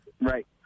Right